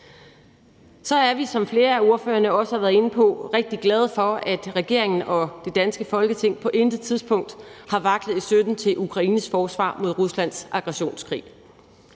Så er vi, som flere af ordførerne også har været inde på, rigtig glade for, at regeringen og det danske Folketing på intet tidspunkt har vaklet i støtten til Ukraines forsvar mod Ruslands aggressionskrig.